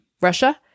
Russia